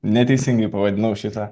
neteisingai pavadinau šitą